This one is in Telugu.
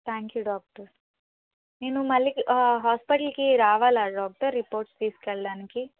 థ్యాంక్ యూ డాక్టర్ నేను మళ్ళీ హాస్పిటల్కి రావాలా డాక్టర్ రిపోర్ట్స్ తీసుకు వెళ్ళడానికి